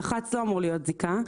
דח"צ לא אמור להיות זיקה.